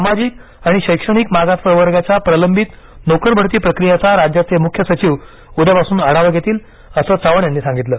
सामाजिक आणि शैक्षणिक मागास प्रवर्गाच्या प्रलंबित नोकरभरती प्रक्रियेचा राज्याचे मुख्य सचिव उद्यापासून आढावा घेतील असं चव्हाण यांनी सांगितलं